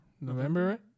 November